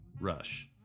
Rush